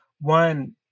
One